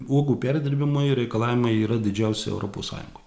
uogų perdirbimui reikalavimai yra didžiausi europos sąjungoj